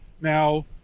Now